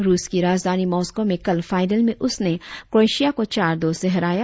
रुस की राजधानी मॉस्कों में कल फाइनल में उसने क्रोएशिया को चार दो से हराया